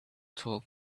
talk